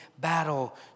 battle